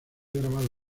grabado